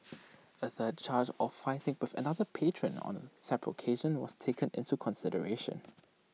A third charge of fighting with another patron on A separate occasion was taken into consideration